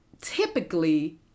typically